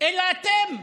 אלא אתם.